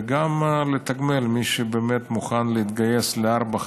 וגם לתגמל מי שבאמת מוכן להתגייס לארבע,